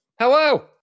Hello